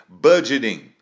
budgeting